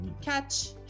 Catch